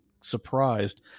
surprised